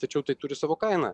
tačiau tai turi savo kainą